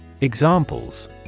Examples